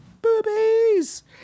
boobies